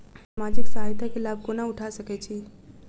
हम सामाजिक सहायता केँ लाभ कोना उठा सकै छी?